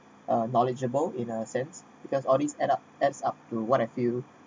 a knowledgeable in a sense because all these add up adds up to what I feel